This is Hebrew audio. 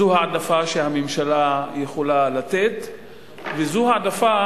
זאת העדפה שהממשלה יכולה לתת וזאת העדפה